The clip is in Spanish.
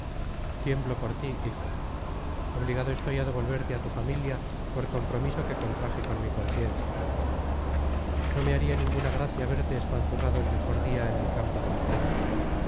tiemblo por ti hijo obligado estoy a devolverte a tu familia por compromiso que contraje con mi conciencia no me haría ninguna gracia verte espanzurrado el mejor día en el campo de batalla